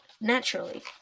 naturally